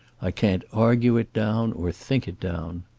i can't argue it down or think it down.